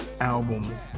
album